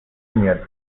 نمیاد